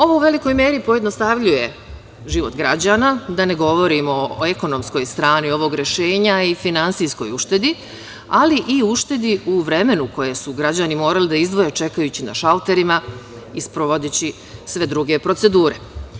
Ovo u velikoj meri pojednostavljuje život građana, da ne govorimo o ekonomskoj strani ovog rešenja i finansijskoj uštedi, ali i uštedi u vremenu koje su građani morali da izdvoje čekajući na šalterima i sprovodeći sve druge procedure.